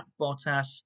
Bottas